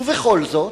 ובכל זאת,